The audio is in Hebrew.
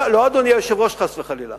לא, אדוני היושב-ראש, חס וחלילה.